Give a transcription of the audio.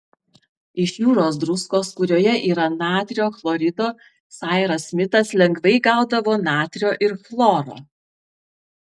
iš jūros druskos kurioje yra natrio chlorido sairas smitas lengvai gaudavo natrio ir chloro